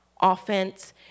offense